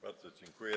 Bardzo dziękuję.